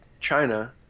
China